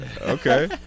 Okay